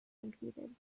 computed